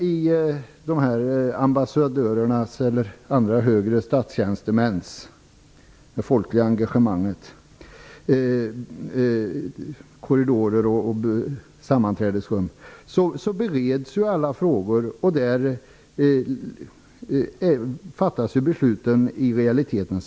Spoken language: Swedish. I dessa ambassadörers eller andra högre statstjänstemäns korridorer och sammanträdesrum bereds alla frågor. Är detta det folkliga engagemanget? Besluten fattas i realiteten där.